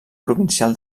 provincial